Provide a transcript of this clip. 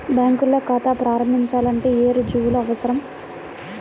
బ్యాంకులో ఖాతా ప్రారంభించాలంటే ఏ రుజువులు అవసరం?